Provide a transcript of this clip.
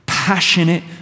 Passionate